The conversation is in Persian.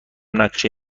نقشه